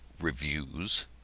reviews